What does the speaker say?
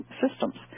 systems